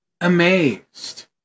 amazed